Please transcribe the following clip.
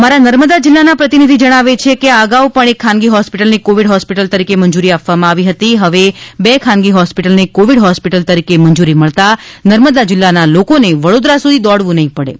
અમારા નર્મદા જિલ્લાના પ્રતિનિધિ જણાવે છે કે આ અગાઉ પણ એક ખાનગી હોસ્પિટલને કોવીડ હોસ્પિટલ તરીકે મંજૂરી આપવામાં આવી છે આ સાથે હવે બે ખાનગી હોસ્પિટલને કોવીડ હોસ્પિટલ તરીકે મજૂરી મળતા નર્મદા જિલ્લાના લોકોને વડોદરા સુધી દોડવું નહીં પડે